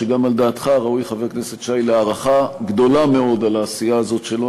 שגם על דעתך ראוי חבר הכנסת שי להערכה גדולה מאוד על העשייה הזאת שלו.